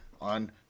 on